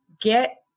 get